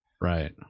Right